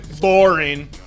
Boring